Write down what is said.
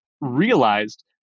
realized